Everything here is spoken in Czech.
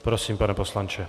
Prosím, pane poslanče.